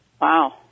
Wow